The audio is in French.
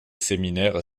séminaire